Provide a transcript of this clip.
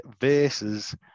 versus